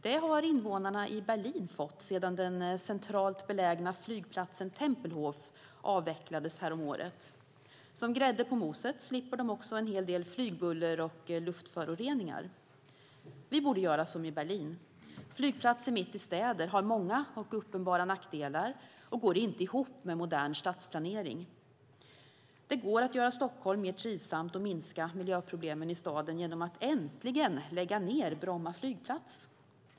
Det har invånarna i Berlin fått, sedan den centralt belägna flygplatsen Tempelhof avvecklades häromåret. Som grädde på moset slipper de också en hel del flygbuller och luftföroreningar. Vi borde göra som i Berlin. Flygplatser mitt i städer har många och uppenbara nackdelar och går inte ihop med modern stadsplanering. Det går att göra Stockholm mer trivsamt och minska miljöproblemen i staden genom att äntligen lägga ned Bromma flygplats.